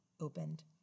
opened